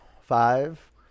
Five